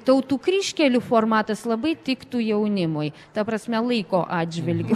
tautų kryžkelių formatas labai tiktų jaunimui ta prasme laiko atžvilgiu